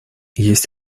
есть